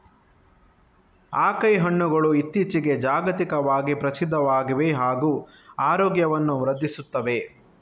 acai ಹಣ್ಣುಗಳು ಇತ್ತೀಚಿಗೆ ಜಾಗತಿಕವಾಗಿ ಪ್ರಸಿದ್ಧವಾಗಿವೆ ಹಾಗೂ ಆರೋಗ್ಯವನ್ನು ವೃದ್ಧಿಸುತ್ತವೆ